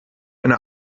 eine